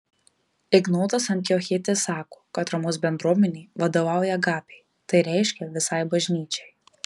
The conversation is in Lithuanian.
ignotas antiochietis sako kad romos bendruomenė vadovauja agapei tai reiškia visai bažnyčiai